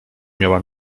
miała